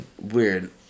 Weird